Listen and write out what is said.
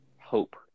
hope